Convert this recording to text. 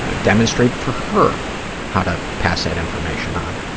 ah demonstrated for her how to pass that information on.